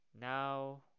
now